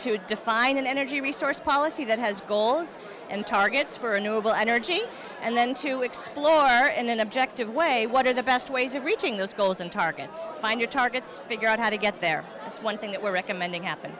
to define an energy resource policy that has goals and targets for a new will energy and then to explore and an objective way what are the best ways of reaching those goals and targets find your targets figure out how to get there is one thing that we're recommending happen